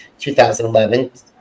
2011